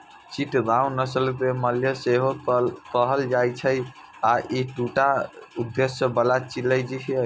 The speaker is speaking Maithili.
चिटगांव नस्ल कें मलय सेहो कहल जाइ छै आ ई दूटा उद्देश्य बला चिड़ै छियै